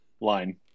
line